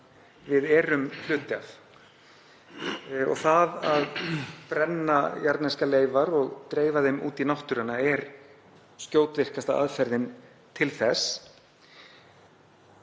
við erum hluti af. Það að brenna jarðneskar leifar og dreifa þeim út í náttúruna er skjótvirkasta aðferðin til þess.